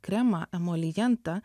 kremą emolijentą